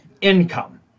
income